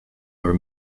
are